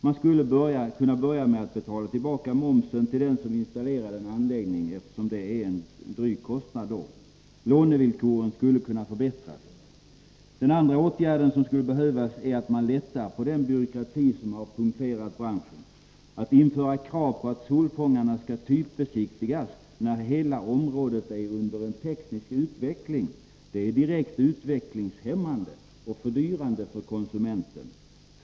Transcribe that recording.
Man skulle kunna börja med att betala tillbaka momsen till den som installerar en anläggning, eftersom det är en dryg kostnad. Lånevillkoren skulle också kunna förbättras. Den andra förklaringen är den byråkrati som har punkterat branschen. En angelägen åtgärd är att man lättar på denna byråkrati. Att införa krav på att solfångarna skall typbesiktigas när hela området är under teknisk utveckling är direkt utvecklingshämmande och fördyrande för konsumenten.